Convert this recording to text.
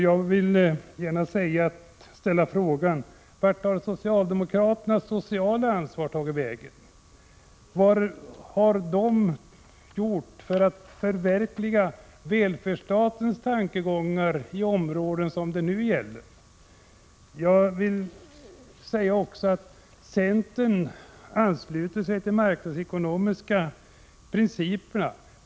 Jag vill gärna ställa frågan: Vart har socialdemokraternas sociala ansvar tagit vägen? Vad har de gjort för att förverkliga välfärdsstatens tankegångar i de områden som det nu gäller? Centern ansluter sig till de marknadsekonomiska principerna.